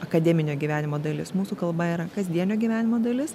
akademinio gyvenimo dalis mūsų kalba yra kasdienio gyvenimo dalis